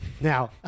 Now